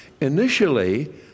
Initially